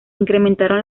incrementaron